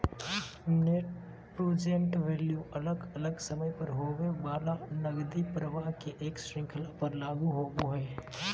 net present value अलग अलग समय पर होवय वला नकदी प्रवाह के एक श्रृंखला पर लागू होवय हई